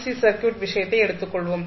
C circuit விஷயத்தை எடுத்துக் கொள்வோம்